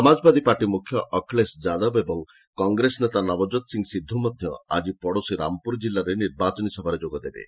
Samajwadi party ମୁଖ୍ୟ ଅଖିଳେଶ ଯାଦବ ଓ Congress ନେତା ନବଜୋତ୍ ସିଂ ସିଦ୍ଧୁ ମଧ୍ୟ ଆଜି ପଡ଼ୋଶୀ ରାମପୁର ଜିଲ୍ଲାରେ ନିର୍ବାଚନୀ ସଭାରେ ଯୋଗ ଦେବେ